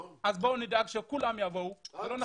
בוא נתחיל מזה.